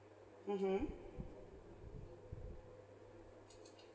mmhmm